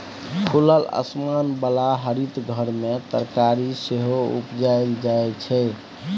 खुलल आसमान बला हरित घर मे तरकारी सेहो उपजाएल जाइ छै